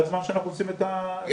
השפעה שנקבעו לפי סעיף קטן (ו),